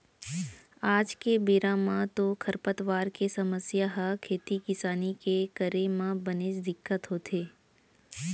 आज के बेरा म तो खरपतवार के समस्या ह खेती किसानी के करे म बनेच दिक्कत होथे